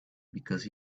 because